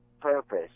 purpose